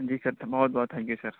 جی sir بہت بہت thank you sir